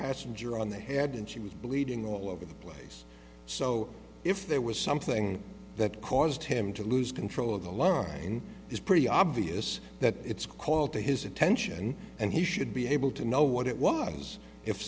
passenger on the head and she was bleeding all over the place so if there was something that caused him to lose control of the line it's pretty obvious that it's called to his attention and he should be able to know what it was if